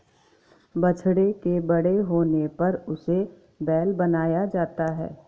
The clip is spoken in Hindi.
बछड़े के बड़े होने पर उसे बैल बनाया जाता है